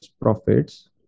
profits